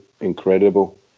incredible